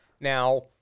Now